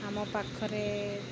ଆମ ପାଖରେ